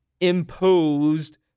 imposed